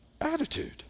attitude